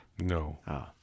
No